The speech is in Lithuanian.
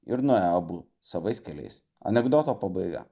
ir nuėjo abu savais keliais anekdoto pabaiga